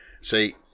See